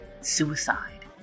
suicide